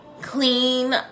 Clean